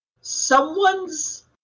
someone's